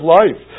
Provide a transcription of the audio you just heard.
life